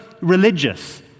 religious